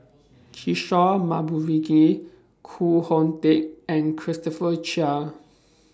Kishore Koh Hoon Teck and Christopher Chia